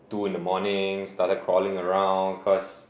two in the morning started crawling around cause